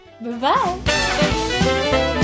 Bye-bye